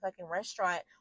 restaurant